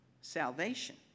salvation